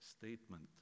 statement